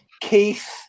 Keith